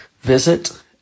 visit